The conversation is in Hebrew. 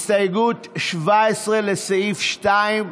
הסתייגות 17, לסעיף 2,